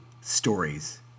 Stories